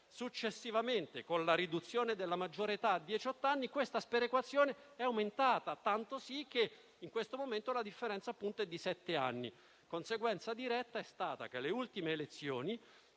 successivamente, con l'abbassamento della maggiore età a diciotto anni, questa sperequazione è aumentata, tanto che in questo momento la differenza è di sette anni. Una conseguenza diretta è stata che alle ultime elezioni